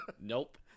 Nope